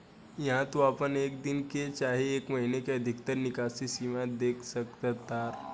इहा तू आपन एक दिन के चाहे एक महीने के अधिकतर निकासी सीमा देख सकतार